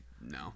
No